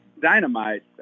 dynamite